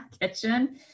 kitchen